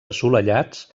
assolellats